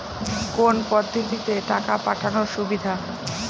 কোন পদ্ধতিতে টাকা পাঠানো সুবিধা?